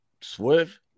swerve